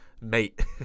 mate